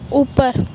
اوپر